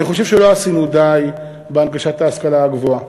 אני חושב שלא עשינו די בהנגשת ההשכלה הגבוהה.